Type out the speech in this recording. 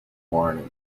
morning